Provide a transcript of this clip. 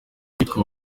kwitwa